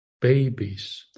Babies